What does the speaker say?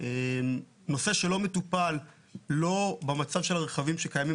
נושא שלא מטופל לא במצב של הרכבים שקיימים